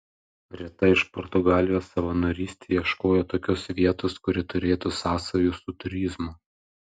rita iš portugalijos savanorystei ieškojo tokios vietos kuri turėtų sąsajų su turizmu